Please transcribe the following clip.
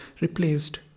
replaced